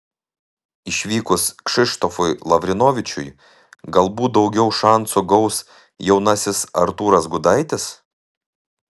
išvykus kšištofui lavrinovičiui galbūt daugiau šansų gaus jaunasis artūras gudaitis